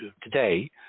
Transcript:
today